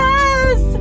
Yes